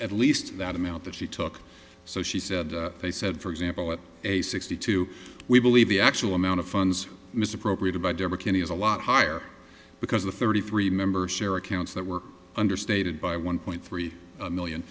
at least that amount that she took so she said they said for example at a sixty two we believe the actual amount of funds misappropriated by debra kenney is a lot higher because the thirty three members share accounts that were understated by one point three million